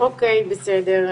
בסדר.